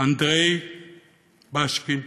אנדרי בשקין,